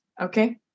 Okay